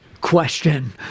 question